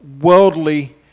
worldly